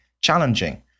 challenging